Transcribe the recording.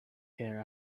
here